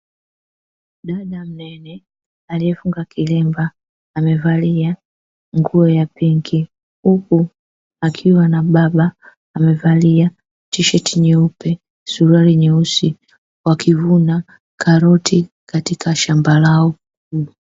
Dada mnene aliefunga kilemba, amevalia nguo ya pinki, huku akiwa na baba amevalia tisheti nyeupe, suruali nyeusi, wakivuna karoti katika shamba lao.